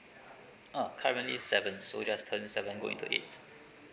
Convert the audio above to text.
ah currently seven so just turn seven go into it